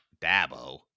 Dabo